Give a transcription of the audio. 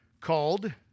called